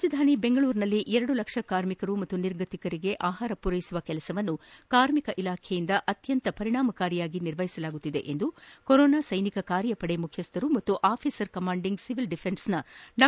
ರಾಜಧಾನಿ ಬೆಂಗಳೂರಿನಲ್ಲಿ ಎರಡು ಲಕ್ಷ ಕಾರ್ಮಿಕರು ಮತ್ತು ನಿರ್ಗತಿಕರಿಗೆ ಆಹಾರ ಪೂರೈಸುವ ಕೆಲಸವನ್ನು ಕಾರ್ಮಿಕ ಇಲಾಖೆಯಿಂದ ಅತ್ಯಂತ ಪರಿಣಾಮಕಾರಿಯಾಗಿ ನಿರ್ವಹಿಸಲಾಗುತ್ತಿದೆ ಎಂದು ಕೊರೊನಾ ಸೈನಿಕ ಕಾರ್ಯಪಡೆ ಮುಖ್ಯಸ್ಥರು ಹಾಗೂ ಆಫೀಸರ್ ಕಮಾಂಡಿಂಗ್ ಸಿವಿಲ್ ಡಿಫೆನ್ಸ್ನ ಡಾ